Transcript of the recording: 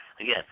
again